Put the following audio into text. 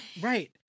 Right